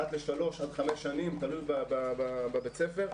אחת לשלוש עד חמש שנים, תלוי בבית הספר.